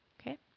Okay